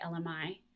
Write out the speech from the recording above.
LMI